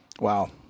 Wow